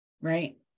Right